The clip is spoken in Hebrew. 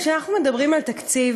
כשאנחנו מדברים על תקציב